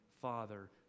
Father